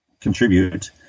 contribute